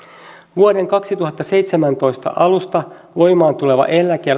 vuoden kaksituhattaseitsemäntoista alusta voimaan tuleva